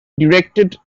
directed